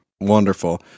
Wonderful